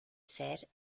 ser